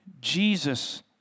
Jesus